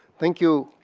thank you.